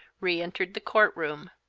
re-entered the court-room.